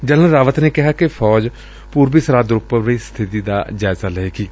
general Rawat ਨੇ ਕਿਹਾ ਕਿ ਫੌਜ ਪੂਰਬੀ ਸਰਹੱਦ ਉਪਰ ਵੀ ਸਥਿਤੀ ਦਾ ਜਾਇਜਾ ਲਏਗੀ